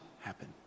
happen